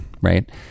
right